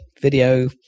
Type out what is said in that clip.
video